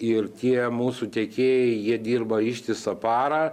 ir tie mūsų tiekėjai jie dirba ištisą parą